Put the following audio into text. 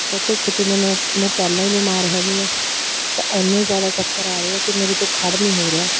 ਤਾਂ ਧੁੱਪ 'ਚ ਮੈਨੂੰ ਮੈਂ ਪਹਿਲਾਂ ਹੀ ਮੈਂ ਬਿਮਾਰ ਹੈਗੀ ਹਾਂ ਤਾਂ ਇੰਨੇ ਜ਼ਿਆਦਾ ਚੱਕਰ ਆ ਰਹੇ ਆ ਕਿ ਮੇਰੇ ਤੋਂ ਖੜ੍ਹ ਨਹੀਂ ਹੋ ਰਿਹਾ